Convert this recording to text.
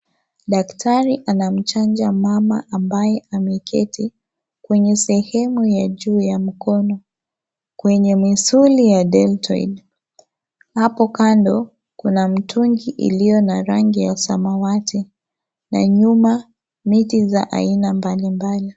Daktari anamchanja mama ambaye ameketi kwenye sehemu ya juu ya mkono kwwnye misuli ya dentoid, hapo kando kuna mtungi iliyo na rangi ya samawati na nyuma miti za aina mbali mbali.